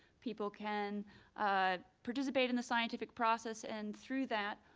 people can participate in the scientific process, and through that,